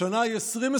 השנה היא 2023,